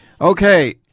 Okay